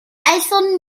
aethon